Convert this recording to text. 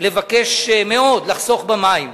ומבקש מאוד לחסוך במים,